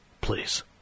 Please